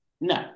no